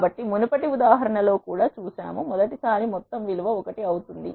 కాబట్టి మునుపటి ఉదాహరణ లో కూడా చూశాము మొదటి సారి మొత్తం విలువ 1 అవుతుంది